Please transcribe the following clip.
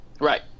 Right